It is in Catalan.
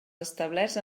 establerts